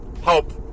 help